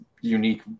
unique